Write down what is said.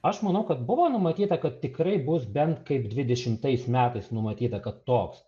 aš manau kad buvo numatyta kad tikrai bus bent kaip dvidešimtais metais numatyta kad toks